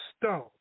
Stone